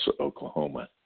Oklahoma